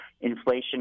Inflation